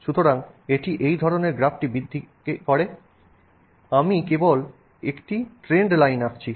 সুতরাং এটি এই ধরণের গ্রাফটি বৃদ্ধি করে আমি কেবল একটি ট্রেন্ড লাইন আঁকছি